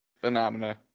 Phenomena